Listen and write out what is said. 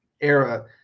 era